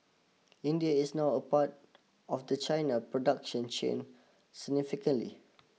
India is now a part of the China production chain significantly